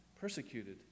persecuted